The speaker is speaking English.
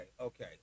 Okay